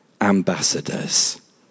ambassadors